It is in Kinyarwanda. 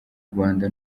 rwanda